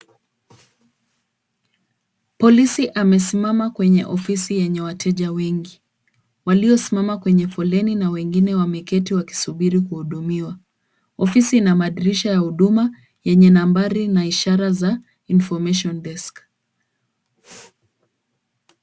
Polisi amesimama kwenye ofisi yenye wateja wengi, waliosimama kwenye foleni na wengine wameketi wakisubiri kuhudumiwa. Ofisi ina madirisha ya huduma yenye nambari na ishara za information desk .